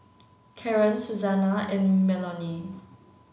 Karren Suzanna and Melony